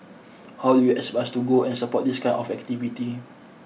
how do you expect us to go and support this kind of activity